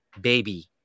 baby